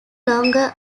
longer